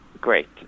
great